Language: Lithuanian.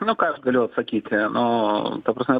nu ką aš galiu atsakyti nu ta prasme